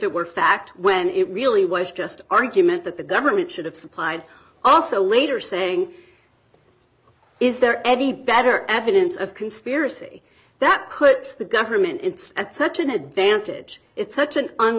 it were fact when it really was just argument that the government should have supplied also later saying is there any better evidence of conspiracy that puts the government in such an advantage it's such an